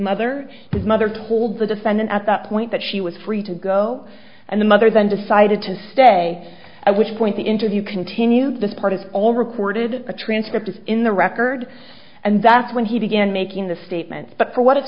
mother his mother told the defendant at that point that she was free to go and the mother then decided to stay at which point the interview continued this part is all reported the transcript is in the record and that's when he began making the statements but for what it's